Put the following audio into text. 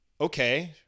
okay